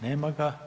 Nema ga.